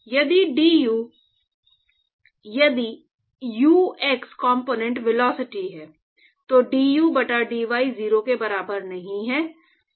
इसलिए du यदि u x component velocity है तो du बटा dy 0 के बराबर नहीं है